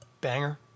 banger